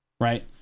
right